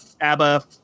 ABBA